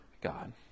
God